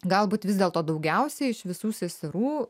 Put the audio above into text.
galbūt vis dėlto daugiausiai iš visų seserų